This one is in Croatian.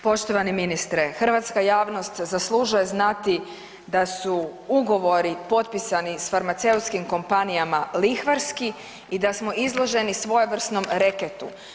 Poštovani ministre, hrvatska javnost zaslužuje znati da su ugovori potpisani s farmaceutskim kompanijama lihvarski i da smo izloženi svojevrsnom reketu.